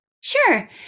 Sure